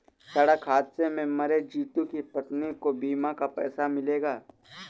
सड़क हादसे में मरे जितू की पत्नी को बीमा का पैसा मिलेगा